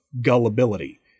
gullibility